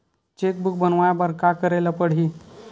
Cheque book बनवाय बर का करे ल पड़हि?